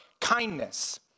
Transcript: kindness